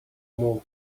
more